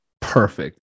perfect